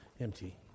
empty